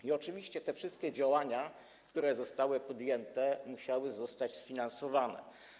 I oczywiście te wszystkie działania, które zostały podjęte, musiały zostać sfinansowane.